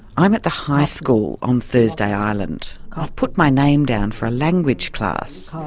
i'm at the high school on thursday island. i've put my name down for a language class.